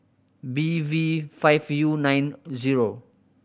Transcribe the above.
B V five U nine zero